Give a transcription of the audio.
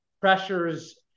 Pressures